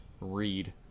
read